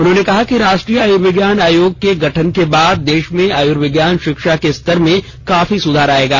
उन्होंने कहा कि राष्ट्रीय आयुर्विज्ञान आयोग के गठन के बाद देश में आयुर्विज्ञान शिक्षा के स्तर में काफी सुधार आएगा